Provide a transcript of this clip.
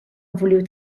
vuliu